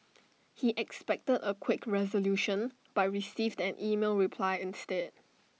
he expected A quick resolution but received an email reply instead